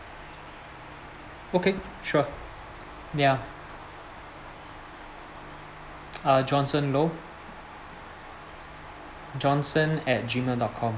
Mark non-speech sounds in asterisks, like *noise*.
okay sure ya *noise* uh johnson loh johnson at Gmail dot com